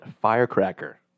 Firecracker